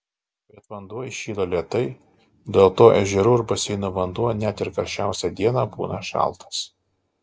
bet vanduo įšyla lėtai dėl to ežerų ir baseinų vanduo net ir karščiausią dieną būna šaltas